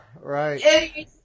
right